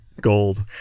gold